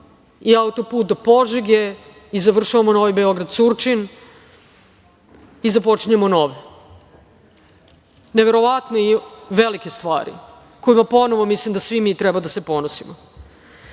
i auto-put do Požege i završavamo Novi Beograd-Surčin, i započinjemo nove. Neverovatne velike stvari kojima ponovo mislim da svi mi treba da se ponosimo. Krećemo